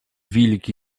wilki